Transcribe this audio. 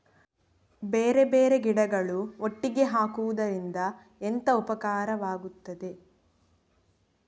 ಬೇರೆ ಬೇರೆ ಗಿಡಗಳು ಒಟ್ಟಿಗೆ ಹಾಕುದರಿಂದ ಎಂತ ಉಪಕಾರವಾಗುತ್ತದೆ?